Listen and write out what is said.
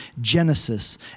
Genesis